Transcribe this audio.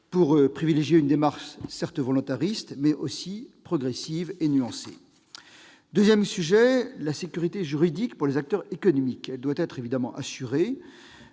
pour privilégier une démarche, certes volontariste, mais aussi progressive et nuancée. En deuxième lieu, la sécurité juridique pour les acteurs économiques doit être assurée.